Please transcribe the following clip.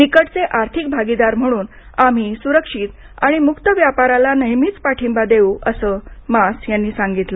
निकटचे आर्थिक भागीदार म्हणून आम्ही सुरक्षित आणि मुक्त व्यापाराला नेहमीच पाठिंबा देऊ असं मास यांनी सांगितलं